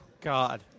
God